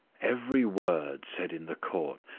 every word said in the court,